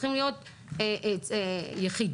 צריכות להיות יחידות,